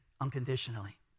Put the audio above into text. unconditionally